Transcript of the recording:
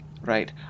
right